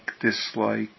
dislike